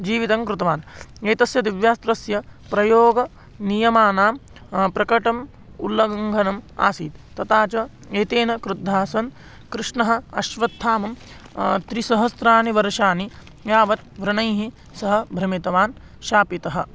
जीवितङ्कृतवान् एतस्य दिव्यास्त्रस्य प्रयोगनियमानां प्रकटनम् उल्लङ्घनम् आसीत् तथा च एतेन क्रुद्धः सन् कृष्णः अश्वत्थामं त्रिसहस्राणि वर्षाणि यावत् व्रणैः सः भ्रमितवान् शापितः